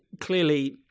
clearly